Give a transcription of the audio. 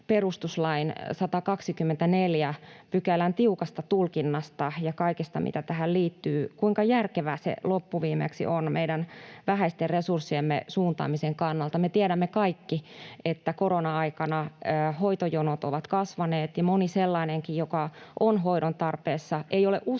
perustuslain 124 §:n tiukasta tulkinnasta ja kaikesta siitä, mitä tähän liittyy, siitä, kuinka järkevää se loppuviimeksi on meidän vähäisten resurssiemme suuntaamisen kannalta. Me tiedämme kaikki, että korona-aikana hoitojonot ovat kasvaneet ja moni sellainenkin, joka on hoidon tarpeessa, ei ole uskaltanut